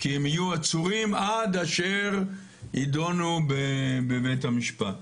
כי הם יהיו עצורים עד אשר ידונו בבית המשפט.